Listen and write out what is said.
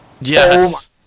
Yes